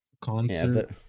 Concert